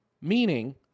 Meaning